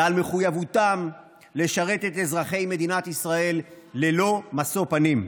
ועל מחויבותם לשרת את אזרחי מדינת ישראל ללא משוא פנים.